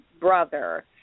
brother